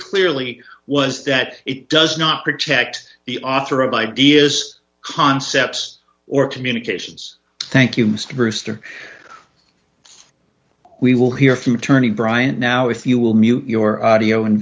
clearly was that it does not protect the author of ideas concepts or communications thank you mr brewster we will hear from attorney bryant now if you will